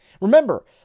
Remember